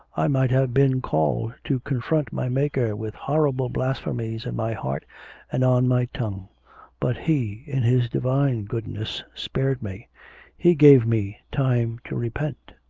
i might have been called to confront my maker with horrible blasphemies in my heart and on my tongue but he, in his divine goodness, spared me he gave me time to repent.